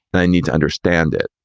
they need to understand it.